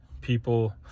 people